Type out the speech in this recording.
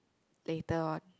later on